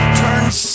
turns